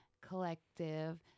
collective